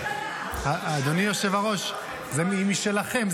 זה משלכם,